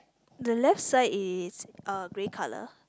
the left side is uh grey color